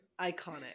Iconic